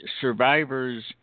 survivors